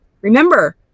Remember